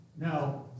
Now